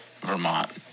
Vermont